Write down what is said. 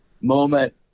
moment